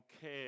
care